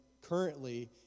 currently